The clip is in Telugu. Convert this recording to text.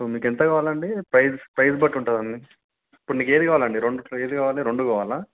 సో మీకు ఎంత కావాలండి ప్రైస్ ప్రైస్ బట్టి ఉంటుంది అండి ఇప్పుడు నీకు ఏది కావాలండి రెండింటిలో ఏది కావాలి రెండు కావాల